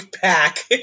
pack